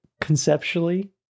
conceptually